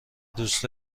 دوست